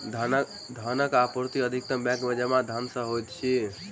धनक आपूर्ति अधिकतम बैंक में जमा धन सॅ होइत अछि